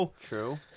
True